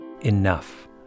enough